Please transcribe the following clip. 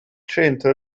centro